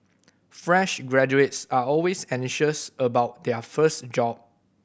fresh graduates are always anxious about their first job